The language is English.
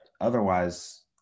otherwise